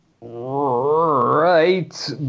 Right